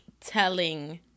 telling